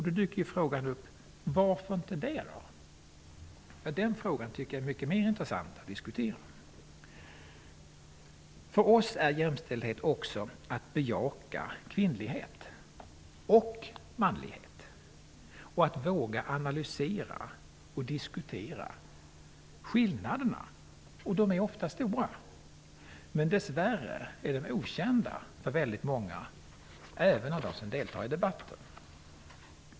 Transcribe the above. Då dyker frågan upp varför det inte är så. Den frågan tycker jag är mycket mera intressant att diskutera. För oss innebär jämställdhet också att man bejakar kvinnlighet och manlighet. Man måste våga analysera och diskutera skillnaderna. De är ofta stora, men dess värre är de okända för många, även för dem som deltar i debatter.